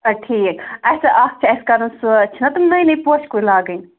اَدٕ ٹھیٖک اَسہِ چھِ اَکھ چھِ اَسہِ کَرُن سُہ چھِ نا تِم نٔوۍ نٔوۍ پوشہِ کُلۍ لاگٕنۍ